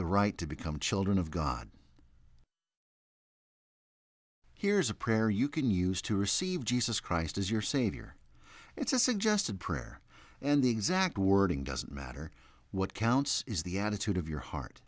the right to become children of god here's a prayer you can use to receive jesus christ as your savior it's a suggested prayer and the exact wording doesn't matter what counts is the attitude of your heart